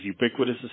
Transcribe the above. ubiquitous